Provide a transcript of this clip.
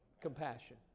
Compassion